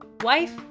Wife